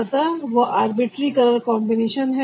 अतः वह arbitrary colour combination है